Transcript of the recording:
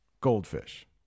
goldfish